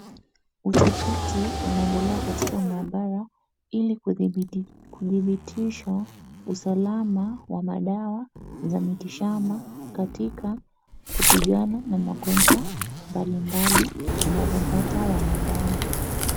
Utafiti unaendelea katika maabara ili kudhibitisha usalama wa madawa za mitishamba katika kupigana na magonjwa mbalimbali zinazopata wanadamu.